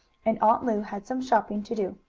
and aunt lu had some shopping to do.